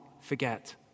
forget